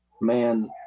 man